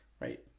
Right